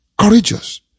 courageous